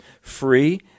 free